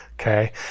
okay